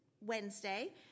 Wednesday